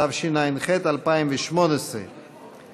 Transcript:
התשע"ח 2018,